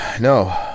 No